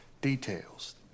details